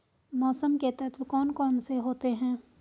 मौसम के तत्व कौन कौन से होते हैं?